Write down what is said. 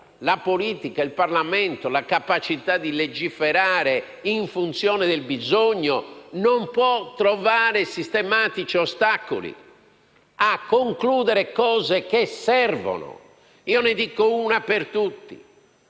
la politica, il Parlamento, la capacità di legiferare in funzione del bisogno non possono trovare sistematici ostacoli a concludere cose che servono. Ne cito una per tutte: